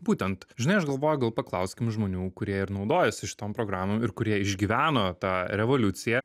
būtent žinai aš galvoju gal paklauskim žmonių kurie ir naudojasi šitom programom ir kurie išgyveno tą revoliuciją